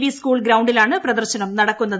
V school ഗ്രൌണ്ടിലാണ് പ്രദർശനം നടക്കുന്നത്